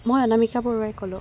মই অনামিকা বৰুৱাই ক'লোঁ